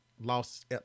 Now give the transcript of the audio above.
Lost